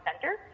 center